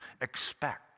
Expect